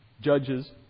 judges